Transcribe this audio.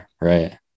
right